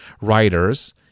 writers